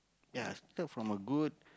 ya start from a good